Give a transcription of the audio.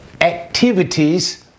activities